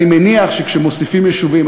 אני מניח שכשמוסיפים יישובים,